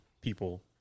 people